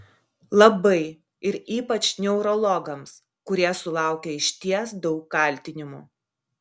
labai ir ypač neurologams kurie sulaukia išties daug kaltinimų